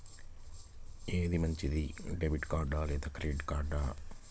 ఏది మంచిది, debit card లేదా క్రెడిట్ కార్డ్?